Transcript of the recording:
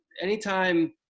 anytime